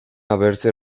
haberse